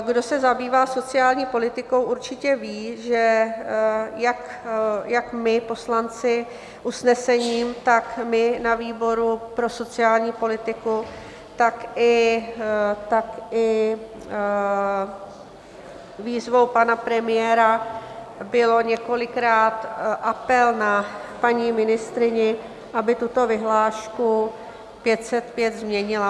Kdo se zabývá sociální politikou, určitě ví, že jak my, poslanci usnesením, tak my na výboru pro sociální politiku, tak i, tak i... výzvou pana premiéra byl několikrát apel na paní ministryni, aby tuto vyhlášku 505 změnila.